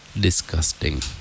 Disgusting